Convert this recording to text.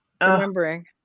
remembering